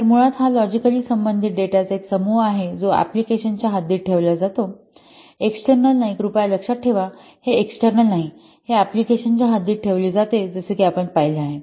तर मुळात हा लॉजिकली संबंधित डेटाचा एक समूह आहे जो अँप्लिकेशनच्या हद्दीत ठेवला जातो एक्सटर्नल नाही कृपया लक्षात ठेवा हे एक्सटर्नल नाही हे अँप्लिकेशन च्या हद्दीत ठेवले जाते जसे की आपण पाहिले आहे